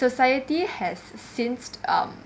society has since um